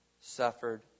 suffered